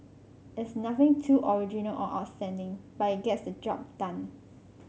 it's nothing too original or outstanding but it gets the job done